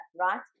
right